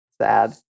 Sad